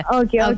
okay